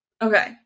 Okay